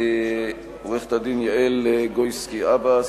עורכת-הדין יעל גויסקי-אבס,